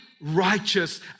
righteous